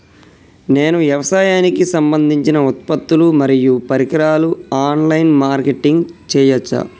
నేను వ్యవసాయానికి సంబంధించిన ఉత్పత్తులు మరియు పరికరాలు ఆన్ లైన్ మార్కెటింగ్ చేయచ్చా?